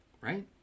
Right